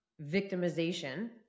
victimization